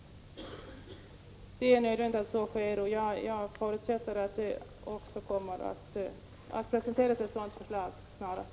Det är nödvändigt att så sker. Jag förutsätter också att ett sådant förslag kommer att presenteras snarast möjligt.